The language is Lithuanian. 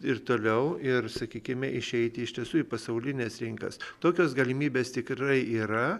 ir toliau ir sakykime išeiti iš tiesų į pasaulines rinkas tokios galimybės tikrai yra